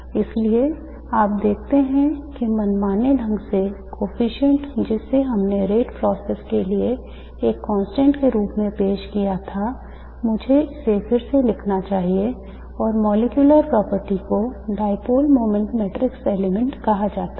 इसलिए आप देखते हैं कि मनमाने ढंग से coefficient जिसे हमने rate process के लिए एक constant के रूप में पेश किया था मुझे इसे फिर से लिखना चाहिए और molecular property को dipole moment matrix element कहा जाता है